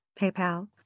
PayPal